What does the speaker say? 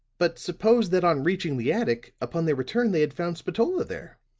but suppose that on reaching the attic, upon their return they had found spatola there?